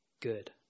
good